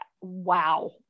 wow